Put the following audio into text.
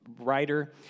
writer